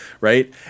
Right